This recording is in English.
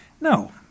No